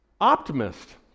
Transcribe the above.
Optimist